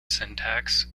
syntax